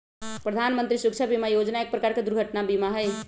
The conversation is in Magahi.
प्रधान मंत्री सुरक्षा बीमा योजना एक प्रकार के दुर्घटना बीमा हई